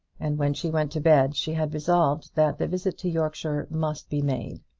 and when she went to bed she had resolved that the visit to yorkshire must be made.